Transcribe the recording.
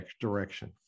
direction